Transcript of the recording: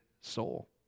soul